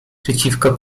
przeciwko